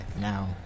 now